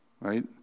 Right